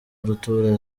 rutura